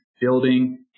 building